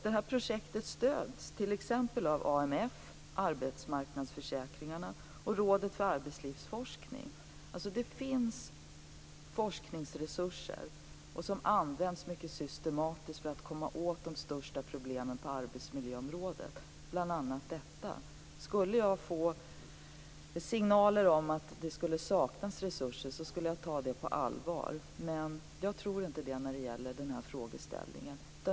Detta projekt stöds t.ex. av AMF, Arbetsmarknadsförsäkringarna, och Rådet för arbetslivsforskning. Det finns forskningsresurser som används mycket systematiskt för att komma åt de största problemen på arbetsmiljöområdet, och bl.a. detta. Skulle jag få signaler om att det saknas resurser skulle jag ta det på allvar. Men jag tror inte att det gäller den här frågeställningen.